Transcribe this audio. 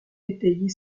étayer